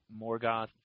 Morgoth